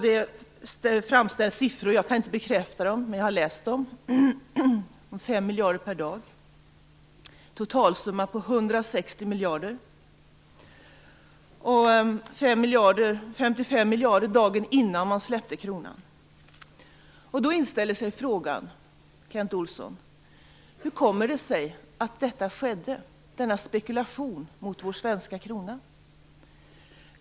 Där framställs siffror, som jag inte kan bekräfta, men jag läste att det var 5 miljarder per dag. Totalsumman ligger på 160 miljarder, 55 miljarder dagen innan man släppte kronan. Då inställer sig frågan, Kent Olsson: Hur kommer det sig att detta skedde, denna spekulation mot den svenska kronan?